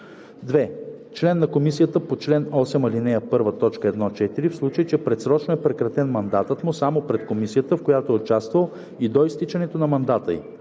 2. член на комисия по чл. 8, ал. 1, т. 1 – 4, в случай че предсрочно е прекратен мандатът му – само пред комисията, в която е участвал, и до изтичането на мандата ѝ;